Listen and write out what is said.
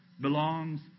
belongs